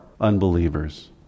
unbelievers